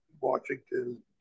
Washington